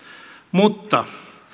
mutta